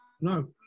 No